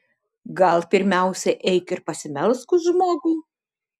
gal pirmiausia eik ir pasimelsk už žmogų